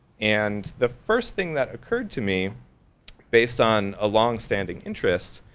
and the first thing that occurred to me based on a long-standing interest,